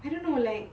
I don't know like